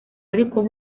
ariko